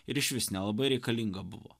ir išvis nelabai reikalinga buvo